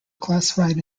classified